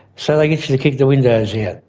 so they get you to kick the windows yeah